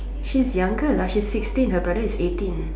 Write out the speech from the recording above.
she's younger lah she's sixteen her brother is eighteen